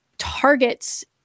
targets